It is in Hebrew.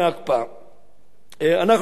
אנחנו מדברים על יישובים,